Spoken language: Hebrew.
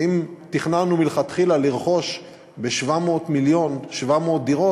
ואם תכננו מלכתחילה לרכוש ב-700 מיליון 700 דירות,